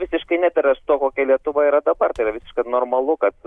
visiškai nedera su tuo kokia lietuva yra dabar tai yra visiškai normalu kad